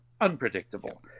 unpredictable